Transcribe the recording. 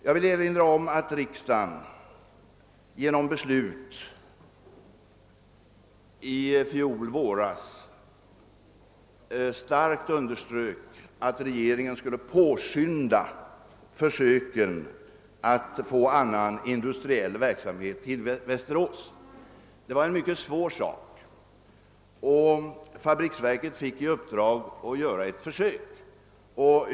Jag vill erinra om att riksdagen genom beslut i fjol vår starkt underströk att regeringen borde påskynda försöken att få annan industriell verksamhet i Västerås. Detta var mycket svårt, och fabriksverket fick i uppdrag att göra ett försök.